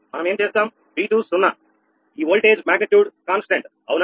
మనం ఏం చేస్తాం V20 ఈ ఓల్టేజ్ మాగ్నిట్యూడ్ స్థిరంగా ఉంటుంది అవునా